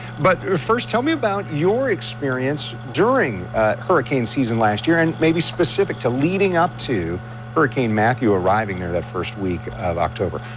but first tell me about your experience during hurricane season last year and maybe specific to leading up to hurricane matthew, arriving in that first week of october?